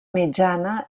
mitjana